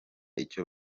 icyo